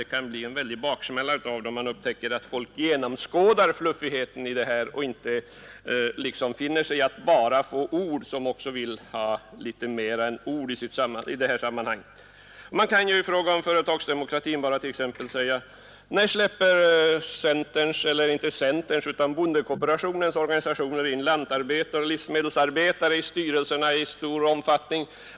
Det kan bli en ryslig baksmälla av det talet, när man upptäcker att människor genomskådar fluffigheten och inte finner sig i att bara få ord utan vill ha något mera. Beträffande företagsdemokratin kan man för övrigt fråga: När släpper bondekooperationens organisationer in lantarbetare och livsmedelsarbetare i sina styrelser i större omfattning?